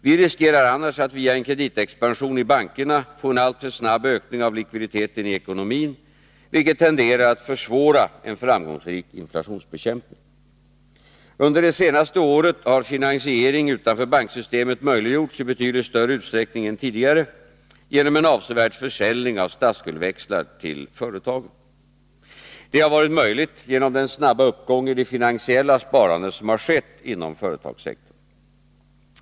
Vi riskerar annars att via en kreditexpansion i bankerna få en alltför snabb ökning av likviditeten i ekonomin, vilket tenderar att försvåra en framgångsrik ' inflationsbekämpning. Under det senaste året har finansiering utanför banksystemet möjliggjorts i betydligt större utsträckning än tidigare genom en avsevärd försäljning av statsskuldsväxlar till företagen. Detta har varit möjligt genom den snabba uppgång i det finansiella sparandet som skett i företagssektorn.